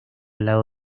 lado